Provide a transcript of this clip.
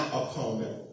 opponent